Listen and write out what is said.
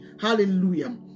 Hallelujah